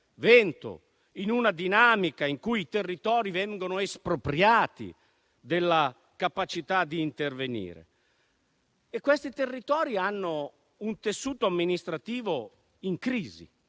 vento, in una dinamica in cui i territori vengono espropriati della capacità di intervenire. Quei territori hanno un tessuto amministrativo in crisi,